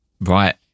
Right